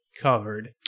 covered